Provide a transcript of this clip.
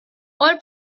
all